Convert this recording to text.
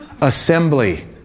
assembly